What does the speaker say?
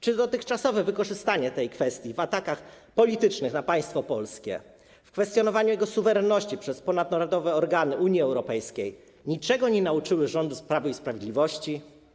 Czy dotychczasowe wykorzystanie tej kwestii w atakach politycznych na państwo polskie, w kwestionowaniu jego suwerenności przez ponadnarodowe organy Unii Europejskiej niczego nie nauczyło rządu Prawa i Sprawiedliwości?